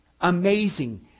Amazing